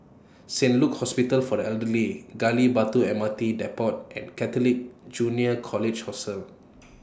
Saint Luke's Hospital For The Elderly Gali Batu M R T Depot and Catholic Junior College Hostel